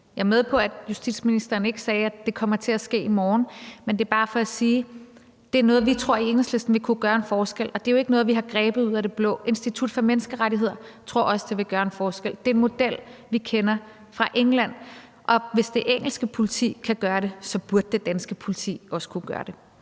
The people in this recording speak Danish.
Jeg er med på, at justitsministeren ikke sagde, at det kommer til at ske i morgen. Men det er bare for at sige, at det er noget, vi i Enhedslisten tror vil kunne gøre en forskel, og det er jo ikke noget, vi har grebet ud af det blå. Institut for Menneskerettigheder tror også, det vil gøre en forskel. Det er en model, vi kender fra England, og hvis det engelske politi kan gøre det, burde det danske politi også kunne gøre det.